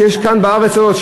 שיש כאן בארץ הזאת,